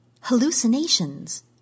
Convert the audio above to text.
Hallucinations